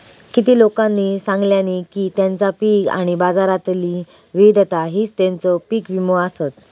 किती लोकांनी सांगल्यानी की तेंचा पीक आणि बाजारातली विविधता हीच तेंचो पीक विमो आसत